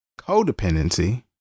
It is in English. codependency